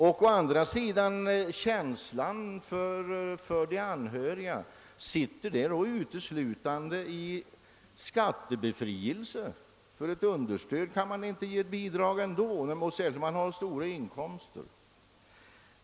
Sitter då känslan för de anhöriga uteslutande i skattebefrielsen för ett understöd? Kan man inte ge bidrag ändå, särskilt om man har stora inkomster?